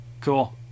cool